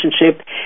relationship